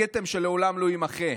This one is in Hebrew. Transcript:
כתם שלעולם לא יימחה".